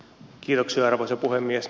kiitoksia arvoisa puhemies